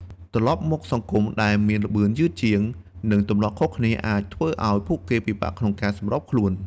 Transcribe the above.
ការត្រឡប់មកសង្គមដែលមានល្បឿនយឺតជាង និងទម្លាប់ខុសគ្នា អាចធ្វើឱ្យពួកគេពិបាកក្នុងការសម្របខ្លួន។